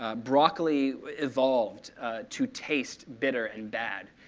ah broccoli evolved to taste bitter and bad.